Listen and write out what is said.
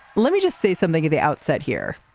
let me just say something at the outset here.